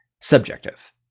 subjective